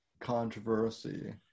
controversy